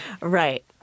Right